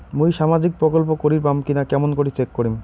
মুই সামাজিক প্রকল্প করির পাম কিনা কেমন করি চেক করিম?